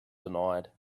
denied